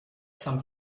some